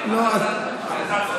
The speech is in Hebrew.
מה זה